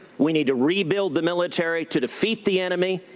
we need to rebuild the military to defeat the enemy.